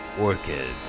Orchid